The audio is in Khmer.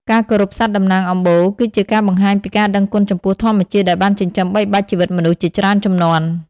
ការគោរពសត្វតំណាងអំបូរ គឺជាការបង្ហាញពីការដឹងគុណចំពោះធម្មជាតិដែលបានចិញ្ចឹមបីបាច់ជីវិតមនុស្សជាច្រើនជំនាន់។